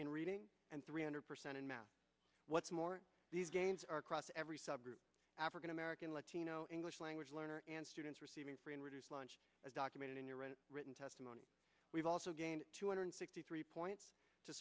in reading and three hundred percent in math what's more these games are across every subgroup african american latino english language learner and students receiving free and reduced lunch as documented in your reading written testimony we've also gained two hundred sixty three points to